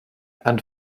and